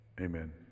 Amen